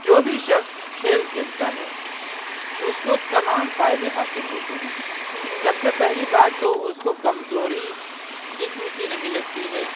جو بھی شخص کھیل کھیلتا ہے اُس کو تمام فائدے حاصل ہوتے ہیں سب سے پہلی بات تو اُس کو کمزوری جسم کی نہیں لگتی ہے